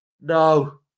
no